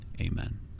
Amen